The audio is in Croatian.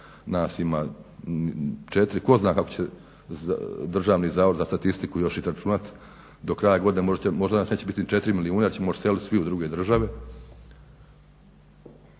nas ima 4, ko zna kako će Državni zavod za statistiku još izračunati do kraja godine možda nas neće biti ni 4 milijuna jer ćemo svi odseliti u druge države.